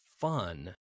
fun